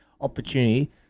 opportunity